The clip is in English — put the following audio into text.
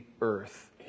earth